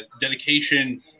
dedication